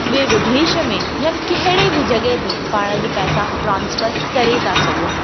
ॿिए विदेश में या कहिड़े बि जॻहि ते पाण अॼु पैसा ट्रांसफ़र करे था सघूं